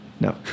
no